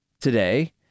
today